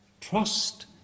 Trust